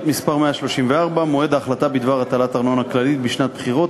(מס' 134) (מועד ההחלטה בדבר הטלת ארנונה כללית בשנת בחירות),